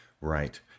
Right